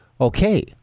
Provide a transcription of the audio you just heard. okay